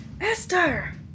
Esther